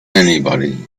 anybody